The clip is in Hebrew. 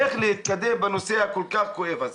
איך להתקדם בנושא הכול כך כואב הזה.